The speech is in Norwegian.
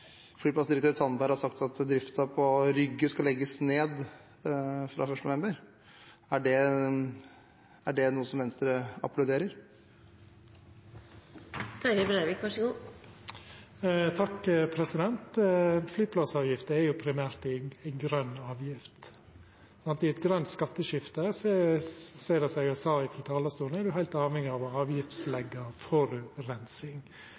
flyplassdirektør Tandberg har sagt at driften på Rygge skal legges ned fra 1. november? Er det noe som Venstre applauderer? Flyplassavgifta er jo primært ei grøn avgift. I eit grønt skatteskifte er me, som eg sa frå talarstolen, heilt avhengige av å